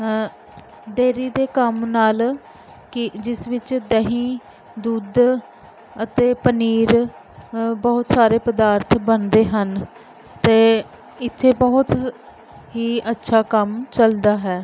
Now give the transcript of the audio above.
dairy ਦੇ ਕੰਮ ਨਾਲ ਕਿ ਜਿਸ ਵਿੱਚ ਦਹੀਂ ਦੁੱਧ ਅਤੇ ਪਨੀਰ ਬਹੁਤ ਸਾਰੇ ਪਦਾਰਥ ਬਣਦੇ ਹਨ ਅਤੇ ਇੱਥੇ ਬਹੁਤ ਹੀ ਅੱਛਾ ਕੰਮ ਚੱਲਦਾ ਹੈ